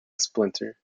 splinter